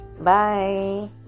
Bye